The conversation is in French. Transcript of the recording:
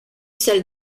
salles